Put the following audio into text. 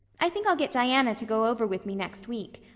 i think i'll get diana to go over with me next week,